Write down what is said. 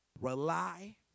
rely